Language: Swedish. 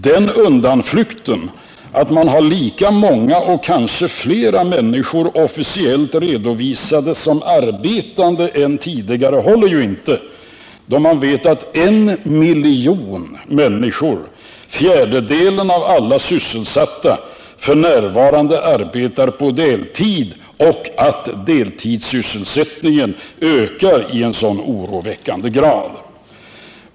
Den undanflykten att man har lika många och kanske fler människor officiellt redovisade som arbetande än tidigare håller ju inte, när man vet att en miljon människor, fjärdedelen av alla sysselsatta, f. n. arbetar på deltid, och att deltidssysselsättningen ökar i så oroväckande grad.